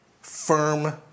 firm